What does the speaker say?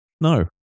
no